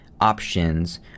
options